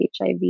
HIV